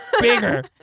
bigger